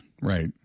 Right